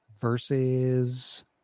versus